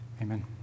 amen